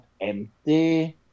empty